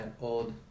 old